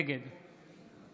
נגד